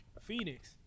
Phoenix